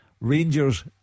Rangers